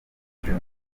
dream